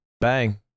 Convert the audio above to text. bang